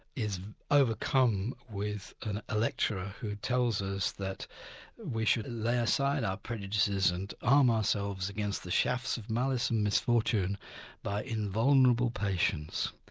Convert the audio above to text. is overcome with a ah lecturer who tells us that we should lay aside our prejudices and arm ourselves against the shafts of malice and misfortune by invulnerable patience.